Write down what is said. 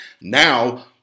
Now